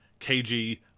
KG